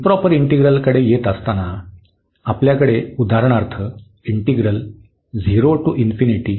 improper इंटिग्रलकडे येत असताना तर आपल्याकडे उदाहरणार्थ हे आहे